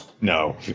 no